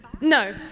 no